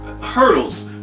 Hurdles